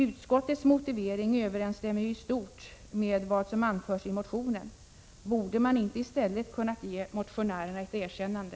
Utskottets motivering överensstämmer i stort med vad som anförs i motionen. Borde man inte i stället ha kunnat ge motionärerna ett erkännande?